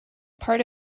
part